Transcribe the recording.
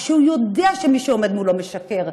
כשהוא יודע שמי שעומד מולו משקר,